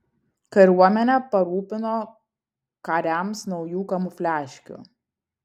kariuomenę parūpino kariams naujų kamufliažkių